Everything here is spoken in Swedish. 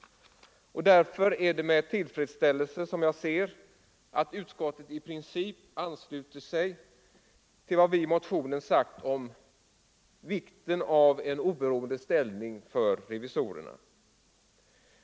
Därför är det med tillfredsställelse jag ser att utskottet i princip ansluter sig till vad vi i motionen sagt om vikten av en oberoende ställning för revisorerna.